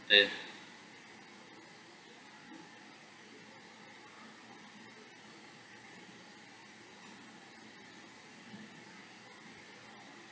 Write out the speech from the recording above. there